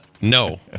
No